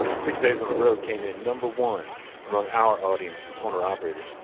six days on the road came in number one among our audience of owner-operators.